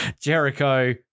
Jericho